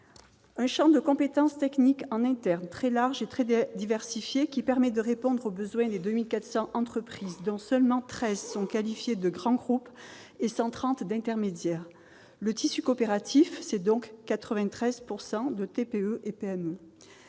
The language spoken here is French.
un champ de compétences techniques en interne très large et très diversifié, qui permet de répondre aux besoins des 2 400 entreprises, dont 13 seulement sont qualifiées de « grands groupes » et 130 d'« intermédiaires ». Le tissu coopératif est donc composé, à 93